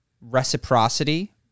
reciprocity